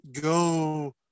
go